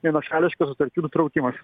vienašališkas sutarčių nutraukimas